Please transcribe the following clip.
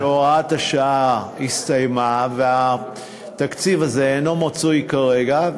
כיוון שהוראת השעה הסתיימה והתקציב הזה אינו מצוי כרגע,